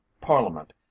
parliament